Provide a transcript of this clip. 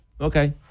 Okay